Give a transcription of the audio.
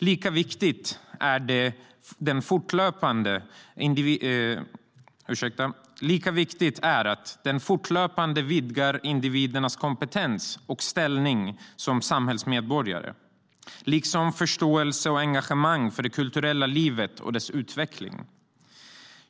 Lika viktigt är att den fortlöpande vidgar individernas kompetens och ställning som samhällsmedborgare liksom förståelsen och engagemanget för det kulturella livet och dess utveckling.